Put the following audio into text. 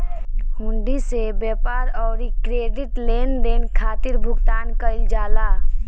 हुंडी से व्यापार अउरी क्रेडिट लेनदेन खातिर भुगतान कईल जाला